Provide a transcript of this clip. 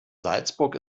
salzburg